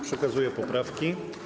Przekazuję poprawki.